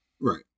Right